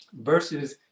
versus